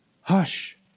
hush